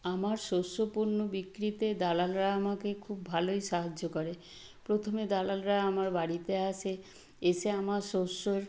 আমার শস্য পণ্য বিক্রিতে দালালরা আমাকে খুব ভালোই সাহায্য করে প্রথমে দালালরা আমার বাড়িতে আসে এসে আমার শস্যর